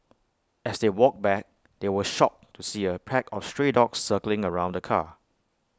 as they walked back they were shocked to see A pack of stray dogs circling around the car